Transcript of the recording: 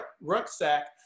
rucksack